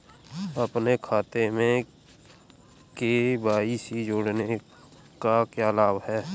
अपने खाते में के.वाई.सी जोड़ने का क्या लाभ है?